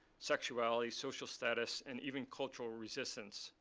sexuality, social status, and even cultural resistance,